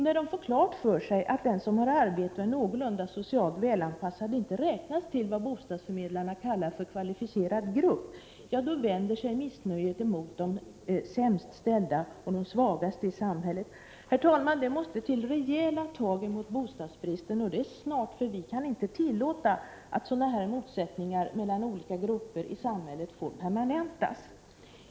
När de får klart för sig att den som har arbete och är någorlunda socialt välanpassad inte räknas till vad bostadsförmedlarna kallar kvalificerad grupp, vänder sig missnöjet mot de sämst ställda och de svagaste i samhället. Herr talman! Det måste till rejäla tag emot bostadsbristen, och det snart, för vi kan inte tillåta att sådana här motsättningar mellan olika grupper i samhället permanentas.